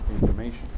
information